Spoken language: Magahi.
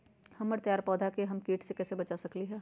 हमर तैयार पौधा के हम किट से कैसे बचा सकलि ह?